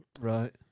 Right